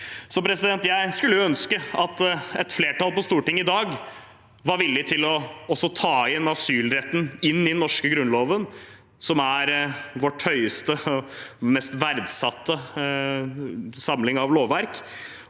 å nevne noen. Jeg skulle ønske at et flertall på Stortinget i dag var villig til å ta inn asylretten i den norske grunnloven, som er vår høyeste og mest verdsatte samling av lovverk,